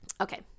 okay